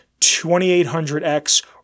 2800X